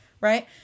Right